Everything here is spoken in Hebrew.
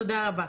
תודה רבה.